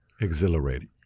Exhilarating